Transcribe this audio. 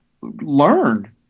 learn